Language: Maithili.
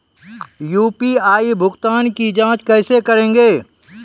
यु.पी.आई भुगतान की जाँच कैसे करेंगे?